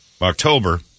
October